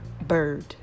bird